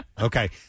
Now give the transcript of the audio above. Okay